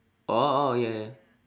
oh oh ya ya ya